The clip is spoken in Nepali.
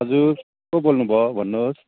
हजुर को बोल्नु भयो भन्नुहोस्